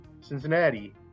Cincinnati